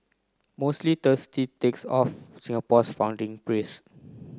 mostly thirsty takes of Singapore's founding prince